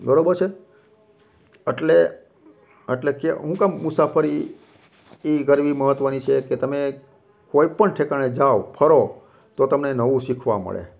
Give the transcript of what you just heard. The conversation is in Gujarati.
બરોબર છે અટલે અટલે શું કામ મુસાફરી એ કરવી મહત્ત્વની છે કે તમે કોઈપણ ઠેકાણે જાઓ ફરો તો તમને નવું શીખવા મળે